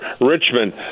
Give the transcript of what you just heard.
Richmond